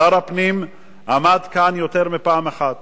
שר הפנים עמד כאן יותר מפעם אחת